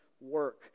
work